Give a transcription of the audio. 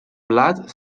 blat